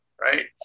right